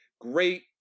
Great